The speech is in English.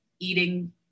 Eating